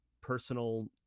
personal